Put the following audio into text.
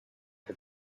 had